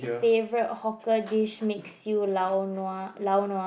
favorite hawker dish makes you lao-nua lao-nua